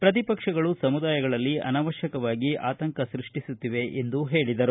ಪ್ರತಿಪಕ್ಷಗಳು ಸಮುದಾಯಗಳಲ್ಲಿ ಅನಾವಶ್ಯಕವಾಗಿ ಆತಂಕ ಸೃಷ್ಟಿಸುತ್ತಿವೆ ಎಂದು ಹೇಳಿದರು